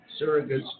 Surrogates